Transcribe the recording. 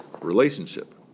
relationship